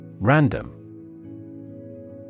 Random